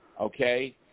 Okay